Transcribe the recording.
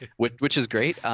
ah which which is great.